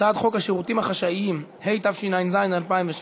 הצעת חוק השירותים החשאיים, התשע"ז 2017,